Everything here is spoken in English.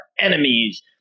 enemies